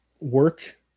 work